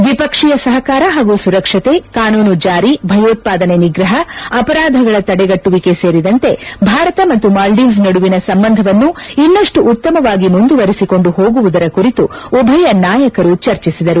ದ್ವಿಪಕ್ಷೀಯ ಸಹಕಾರ ಹಾಗೂ ಸುರಕ್ಷತೆ ಕಾನೂನು ಜಾರಿ ಭಯೋತ್ವಾದನೆ ನಿಗ್ರಹ ಅಪರಾಧಗಳ ತಡೆಗಟ್ಟುವಿಕೆ ಸೇರಿದಂತೆ ಭಾರತ ಮತ್ತು ಮಾಲ್ವೀವ್ಸ್ ನಡುವಿನ ಸಂಬಂಧವನ್ನು ಇನ್ನಷ್ಟು ಉತ್ತಮವಾಗಿ ಮುಂದುವರೆಸಿಕೊಂಡು ಹೋಗುವುದರ ಕುರಿತು ಉಭಯ ನಾಯಕರು ಚರ್ಚಿಸಿದರು